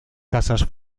casas